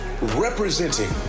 Representing